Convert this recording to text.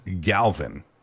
galvin